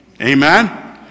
Amen